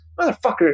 motherfucker